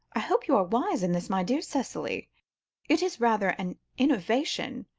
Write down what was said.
i hope you are wise in this, my dear cicely it is rather an innovation,